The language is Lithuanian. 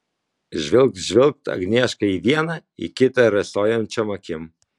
žvilgt žvilgt agnieška į vieną į kitą rasojančiom akim